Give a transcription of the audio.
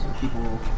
people